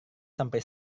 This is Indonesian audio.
sampai